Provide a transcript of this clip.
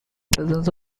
presence